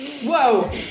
Whoa